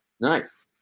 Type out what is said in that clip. Nice